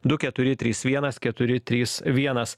du keturi trys vienas keturi trys vienas